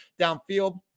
downfield